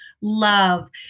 love